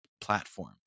platform